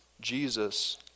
Jesus